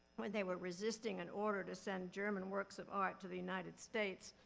when they were resisting an order to send german works of art to the united states,